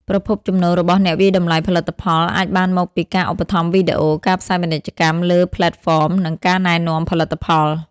ប្រភពចំណូលរបស់អ្នកវាយតម្លៃផលិតផលអាចបានមកពីការឧបត្ថម្ភវីដេអូ ការផ្សាយពាណិជ្ជកម្មលើផ្លេតហ្វម និងការណែនាំផលិតផល ។